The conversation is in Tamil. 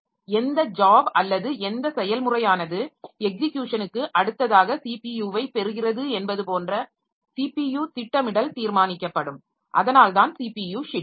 எந்த ஜாப் அல்லது எந்த செயல்முறையானது எக்ஸிகியுசனுக்கு அடுத்ததாக ஸிபியுவை பெறுகிறது என்பது போன்ற ஸிபியு திட்டமிடல் தீர்மானிக்கப்படும் அதனால்தான் ஸிபியு ஷெட்யுலர்